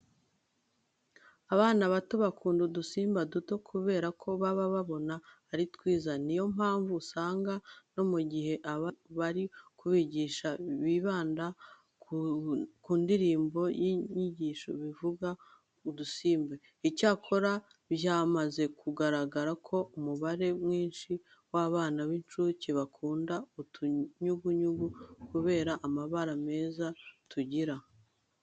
Abana bato bakunda udusimba duto kubera ko baba babona ari twiza. Ni yo mpamvu usanga no mu gihe abarimu bari kubigisha bibanda ku ndirimbo nyinshi zivuga ku dusimba. Icyakora, byamaze kugaragara ko umubare mwinshi w'abana b'incuke bakunda utunyugunyugu kubera amabara meza tugira.